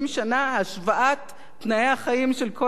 השוואת תנאי החיים של כל האזרחים.